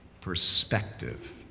perspective